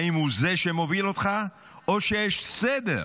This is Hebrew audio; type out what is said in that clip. האם הוא זה שמוביל אותך, או שיש סדר,